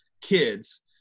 kids